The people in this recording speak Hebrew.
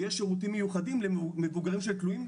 ויש שירותים מיוחדים למבוגרים שתלויים,